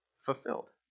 fulfilled